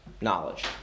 knowledge